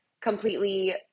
completely